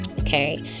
okay